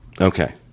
okay